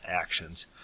actions